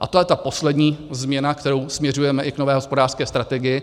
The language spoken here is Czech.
A to je ta poslední změna, kterou směřujeme i k nové hospodářské strategii,